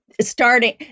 starting